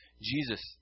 Jesus